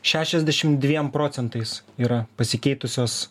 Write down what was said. šešiasdešim dviem procentais yra pasikeitusios